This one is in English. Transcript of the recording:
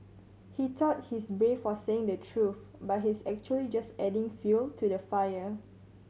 he thought he's brave for saying the truth but he's actually just adding fuel to the fire